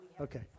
Okay